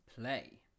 play